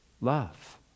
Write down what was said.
love